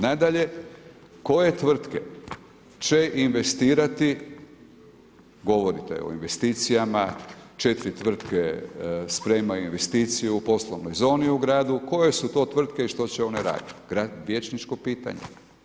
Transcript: Nadalje, koje tvrtke će investirati, govorite o investicijama, 4 tvrtke spremaju investiciju u poslovnoj zoni u gradu, koje su to tvrtke i što će one raditi, vijećničko pitanje.